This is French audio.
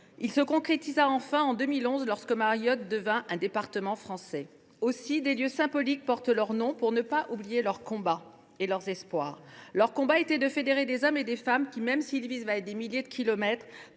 Il se concrétisa enfin en 2011 lorsque Mayotte devint un département français. Aussi des lieux symboliques portent ils leurs noms, afin que l’on n’oublie pas leur combat et leurs espoirs. Leur combat visait à fédérer des hommes et des femmes qui, même s’ils vivent à des milliers de kilomètres